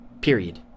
Period